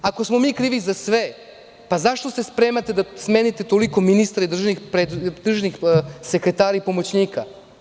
Ako smo mi krivi za sve, zašto se spremate da smenite toliko ministara i državnih sekretara i pomoćnika?